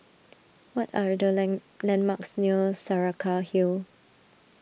what are the land landmarks near Saraca Hill